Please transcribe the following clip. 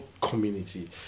community